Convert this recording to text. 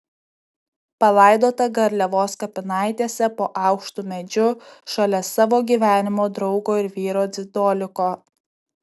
palaidota garliavos kapinaitėse po aukštu medžiu šalia savo gyvenimo draugo ir vyro dzidoliko